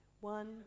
One